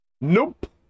Nope